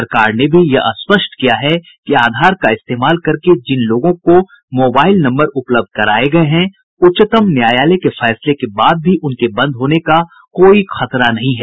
सरकार ने भी यह स्पष्ट किया है कि आधार का इस्तेमाल करके जिन लोगों को मोबाइल नम्बर उपलब्ध कराए गए हैं उच्चतम न्यायालय के फैसले के बाद भी उनके बंद होने का कोई खतरा नहीं है